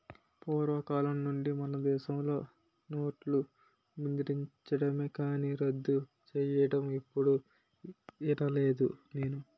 పూర్వకాలం నుండి మనదేశంలో నోట్లు ముద్రించడమే కానీ రద్దు సెయ్యడం ఎప్పుడూ ఇనలేదు నేను